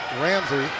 Ramsey